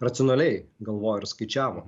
racionaliai galvojo ir skaičiavo